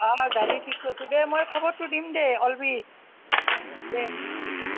অঁ মই গাড়ী ঠিক কৰিছো দে মই খবৰটো দিম দে অলবি দে অঁ